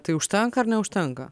tai užtenka ar neužtenka